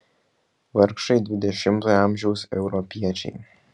vargšai dvidešimtojo amžiaus europiečiai